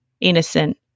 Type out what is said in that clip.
innocent